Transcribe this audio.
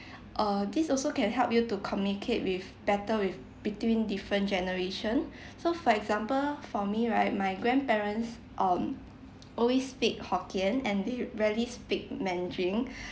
uh this also can help you to communicate with better with between different generation so for example for me right my grandparents um always speak hokkien and they rarely speak mandarin